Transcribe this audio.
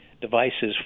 devices